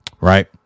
Right